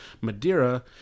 Madeira